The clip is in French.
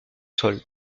sol